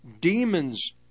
Demons